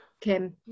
Kim